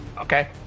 Okay